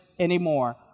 Anymore